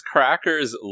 Cracker's